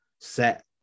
set